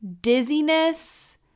dizziness